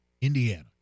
Indiana